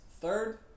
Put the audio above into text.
Third